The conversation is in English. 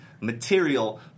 material